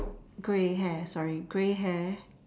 gray hair sorry gray hair